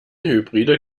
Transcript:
hybride